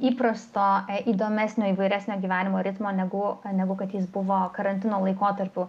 įprasto įdomesnio įvairesnio gyvenimo ritmo negu negu kad jis buvo karantino laikotarpiu